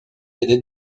était